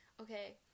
okay